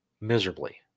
miserably